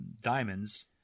diamonds